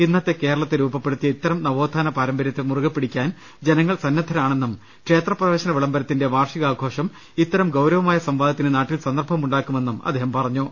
ഇന്നത്തെ കേരളത്തെ രൂപപ്പെടുത്തിയ ഇത്തരം നവോത്ഥാന പാരമ്പര്യത്തെ മുറുകെ പിടി ക്കാൻ ജനങ്ങൾ സന്നദ്ധരാണെന്നും ക്ഷേത്രപ്രവേശന വിളംബരത്തിന്റെ വാർഷി കാഘോഷം ഇത്തരം ഗൌരവമായ സംവാദത്തിന് നാട്ടിൽ സന്ദർഭമുണ്ടാക്ക ണമെന്നും അദ്ദേഹം പറഞ്ഞു